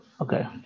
okay